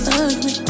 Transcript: ugly